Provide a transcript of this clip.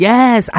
Yes